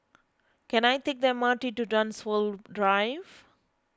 can I take the M R T to Dunsfold Drive